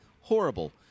horrible